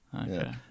Okay